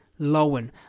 Lowen